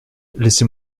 laissez